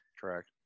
correct